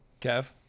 Kev